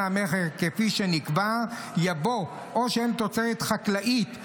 המכר כפי שנקבע" יבוא "או שהם תוצרת חקלאית,